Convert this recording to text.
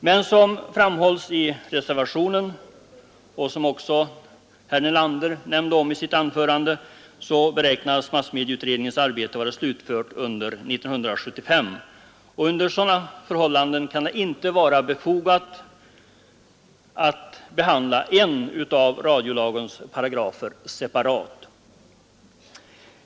Men som framhålls i reservationen och som också herr Nelander nämnde i sitt anförande beräknas massmedieutredningens arbete vara slutfört under 1975, och under sådana förhållanden kan det inte vara befogat att behandla en av radiolagens paragrafer separat.